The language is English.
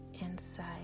inside